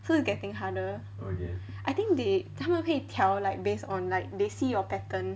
so it's getting harder I think they 他们会调 based on like they see your pattern